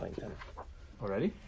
Already